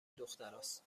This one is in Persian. دختراست